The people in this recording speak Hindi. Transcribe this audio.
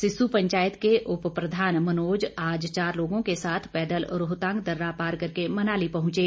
सिस्सू पंचायत के उपप्रधान मनोज आज चार लोगों के साथ पैदल रोहतांग दर्रा पार करके मनाली पहुंचे